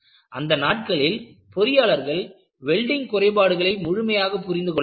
அந்த நாட்களில் பொறியாளர்கள் வெல்டிங் குறைபாடுகளை முழுமையாக புரிந்து கொள்ளவில்லை